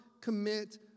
commit